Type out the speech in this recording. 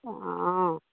অঁ